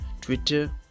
Twitter